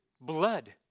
blood